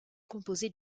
composée